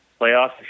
playoffs